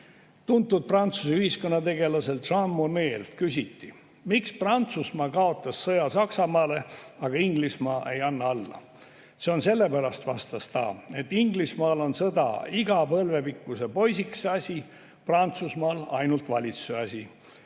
Tuntud Prantsuse ühiskonnategelaselt Jean Monnet'lt küsiti, miks Prantsusmaa kaotas sõja Saksamaale, aga Inglismaa ei andnud alla. See on sellepärast, vastas ta, et Inglismaal on sõda iga põlvepikkuse poisikese asi, Prantsusmaal ainult valitsuse asi.